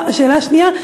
שאלה שנייה,